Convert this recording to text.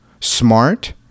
smart